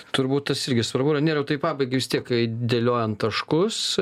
turbūt tas irgi svarbu nerijau tai pabaigai vis tiek dėliojant taškus